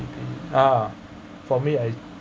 ah for me I